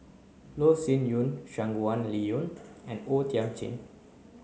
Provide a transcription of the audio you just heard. Loh Sin Yun Shangguan Liuyun and O Thiam Chin